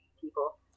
people